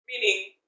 meaning